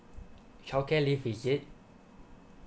childcare leave is it